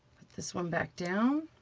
this one back down.